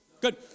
Good